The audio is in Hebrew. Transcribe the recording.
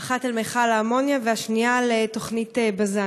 האחת על מכל האמוניה, והשנייה על תוכנית בז"ן.